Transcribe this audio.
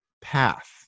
path